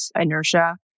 inertia